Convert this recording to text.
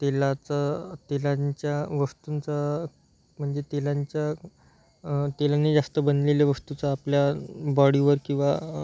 तेलाचं तेलांच्या वस्तूंचा म्हणजे तेलांच्या तेलानी जास्त बनलेल्या गोष्टीचा आपल्या बॉडीवर किंवा